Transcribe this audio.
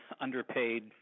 underpaid